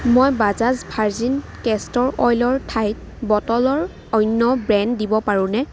মই Bajaj virgin castor অইলৰ ঠাইত বটলৰ অন্য ব্ৰেণ্ড দিব পাৰোঁনে